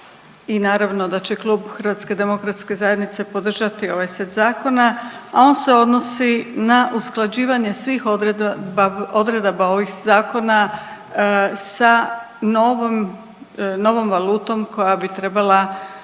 i naravno da će klub HDZ-a podržati ovaj set zakona, a on se odnosi na usklađivanje svih odredaba ovih zakona sa novom valutom koja bi trebala